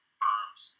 firms